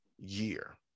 year